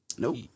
Nope